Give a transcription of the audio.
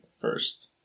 first